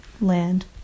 land